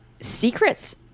secrets